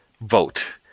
vote